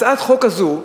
הצעת החוק הזו,